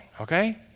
okay